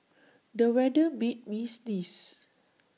the weather made me sneeze